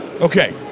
okay